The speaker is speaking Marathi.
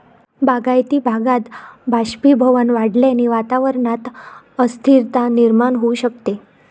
बागायती भागात बाष्पीभवन वाढल्याने वातावरणात अस्थिरता निर्माण होऊ शकते